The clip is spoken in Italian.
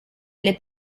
alle